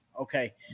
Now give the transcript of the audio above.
okay